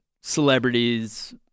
celebrities